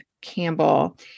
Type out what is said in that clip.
Campbell